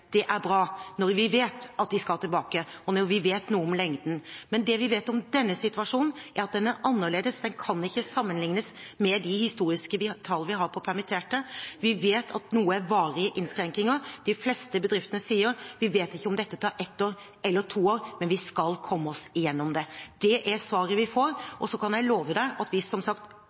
Det er bra når vi vet at de skal tilbake, og når vi vet noe om lengden. Men det vi vet om denne situasjonen, er at den er annerledes, den kan ikke sammenlignes med de historiske tall vi har på permitterte. Vi vet at noe er varige innskrenkninger. De fleste bedriftene sier: Vi vet ikke om dette tar ett år eller to år, men vi skal komme oss igjennom det. Det er svaret vi får. Så kan jeg love at vi, som sagt,